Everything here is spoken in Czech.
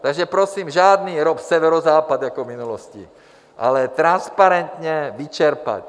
Takže prosím žádný ROP Severozápad jako v minulosti, ale transparentně vyčerpat.